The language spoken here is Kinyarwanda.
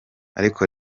ariko